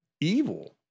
evil